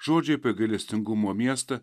žodžiai apie gailestingumo miestą